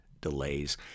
delays